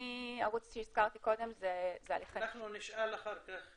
אנחנו נשאל אחר כך,